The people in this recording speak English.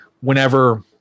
whenever